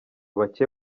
bake